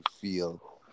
feel